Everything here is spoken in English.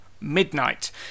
Midnight